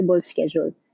schedule